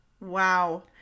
wow